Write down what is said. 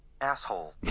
Asshole